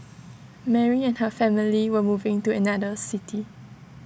Mary and her family were moving to another city